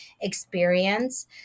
experience